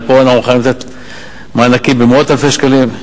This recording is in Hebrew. ופה אנחנו מוכנים לתת מענקים במאות אלפי שקלים,